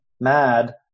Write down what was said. mad